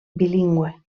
bilingüe